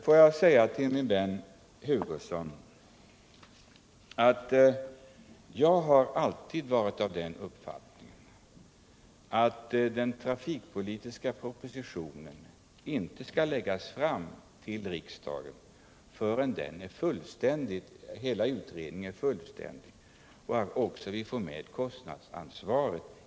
Får jag säga till min vän Hugosson att jag alltid varit av den uppfattningen att den trafikpolitiska propositionen inte skall läggas fram inför riksdagen förrän hela utredningen blivit fullständig, så att vi också får med kostnadsansvaret.